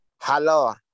Hello